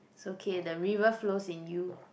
it's okay the river-flows-in-you